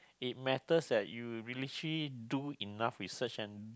it matters that you you literally do enough research and